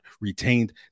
retained